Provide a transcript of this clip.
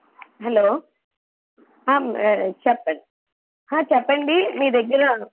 hello చెప్ప చెప్పండి మీ దగ్గర